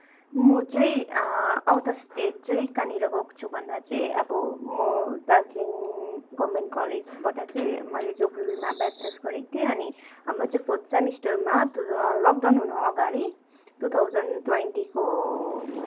म चाहिँ out of state चाहिँ कहाँनिर गएको छु भन्दा चाहिँ अब म दार्जिलिङ गभर्मेन्ट कलेजबाट चाहिँ मैले जियोग्राफीमा ब्याचलर्स गरेको थिएँ अनि हाम्रो चाहिँ फोर्थ सेमिस्टरमा ल लकडाउन हुनु अगाडि टु थाउजन्ड ट्वेन्टीको